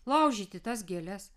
laužyti tas gėles